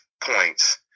points